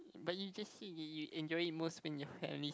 but you just said that you enjoy it most with your family